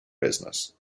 business